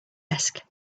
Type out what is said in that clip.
desk